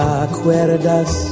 acuerdas